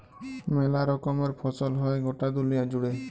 মেলা রকমের ফসল হ্যয় গটা দুলিয়া জুড়ে